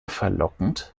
verlockend